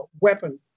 weapon